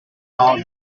building